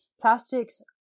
Plastics